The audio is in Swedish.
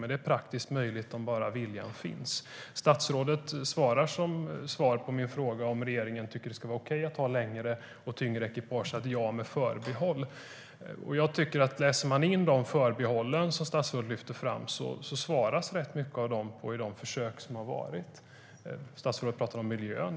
Men det är praktiskt möjligt om bara viljan finns. Statsrådet pratar om miljön.